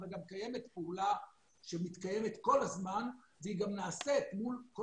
אבל גם קיימת פעולה שמתקיימת כל הזמן והיא גם נעשית מול כל